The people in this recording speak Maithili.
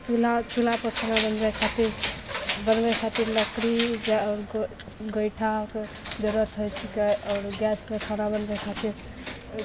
चुल्हा चुल्हा पर खाना बनबै खातिर बनबै खातिर लकड़ी जा गोइ गोइठाके जरूरत होइत छिकै आओर गैस पर खाना बनबै खातिर